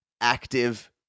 active